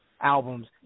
albums